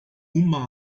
uma